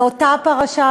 זו אותה פרשה,